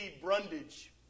Brundage